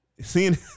seeing